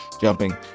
jumping